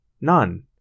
None